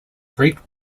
great